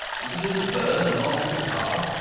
is it in the burn along with the car